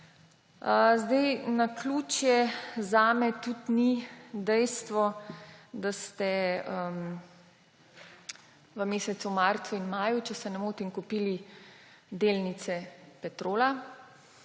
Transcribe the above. Naključje zame tudi ni dejstvo, da ste v mesecu marcu in maju, če se ne motim, kupili delnice Petrola.